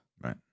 Right